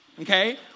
okay